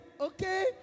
okay